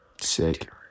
Sick